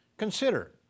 Consider